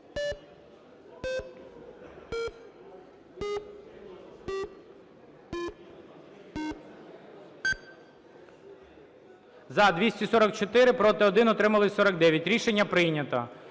За-244 Проти – 1, утримались 49. Рішення прийнято.